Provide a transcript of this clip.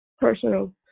personal